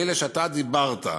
אלה שאתה דיברת עליהם,